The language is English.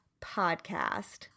podcast